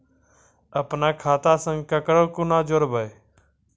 अपन खाता संग ककरो कूना जोडवै?